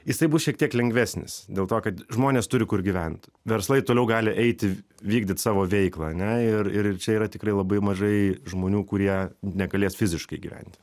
jisai bus šiek tiek lengvesnis dėl to kad žmonės turi kur gyvent verslai toliau gali eiti vykdyt savo veiklą ane ir ir čia yra tikrai labai mažai žmonių kurie negalės fiziškai gyventi